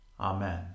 Amen